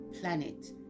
planet